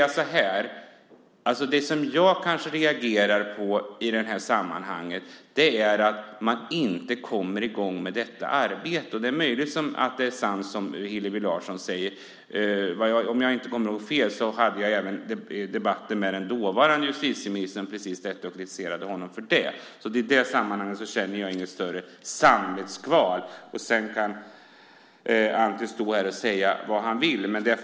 Det jag reagerar på i sammanhanget är att man inte kommer i gång med detta arbete. Det är möjligt att det är sant som Hillevi Larsson säger. Om jag inte kommer ihåg fel hade jag även debatter med dåvarande justitieministern och kritiserade honom för det. I det sammanhanget känner jag inget större samvetskval. Sedan kan Anti Avsan stå här och säga vad han vill.